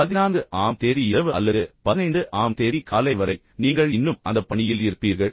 பின்னர் 14 ஆம் தேதி இரவு அல்லது 15 ஆம் தேதி காலை வரை நீங்கள் இன்னும் அந்த பணியில் இருப்பீர்கள்